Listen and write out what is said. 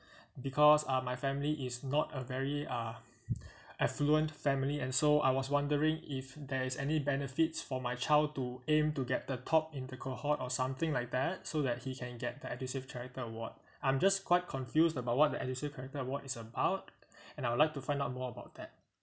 because uh my family is not a very uh affluent family and so I was wondering if there is any benefits for my child to aim to get the top in the cohort or something like that so that he can get the edusave character award I'm just quite confused about what the edusave character award is about and I would like to find out more about that